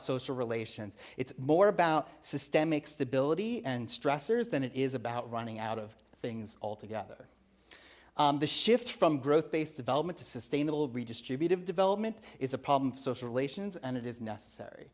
social relations it's more about systemic stability and stressors than it is about running out of things altogether the shift from growth based development to sustainable redistributed development it's a problem for social relations and it is necessary